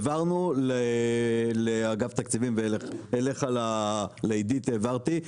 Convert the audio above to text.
העברנו לאגף תקציבים ואליך, לעידית העברתי.